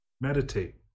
Meditate